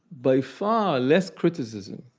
by far, less criticism.